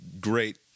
great